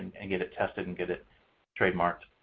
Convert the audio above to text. and get it tested, and get it trademarked.